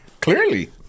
Clearly